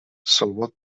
sylwodd